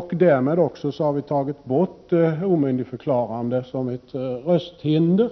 Därmed har vi också tagit bort omyndigförklarande som ett rösthinder.